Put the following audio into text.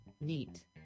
Neat